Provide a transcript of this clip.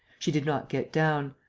she did not get down.